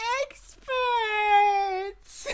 experts